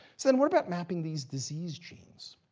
so then, what about mapping these disease genes?